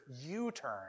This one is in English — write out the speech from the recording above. U-turn